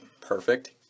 perfect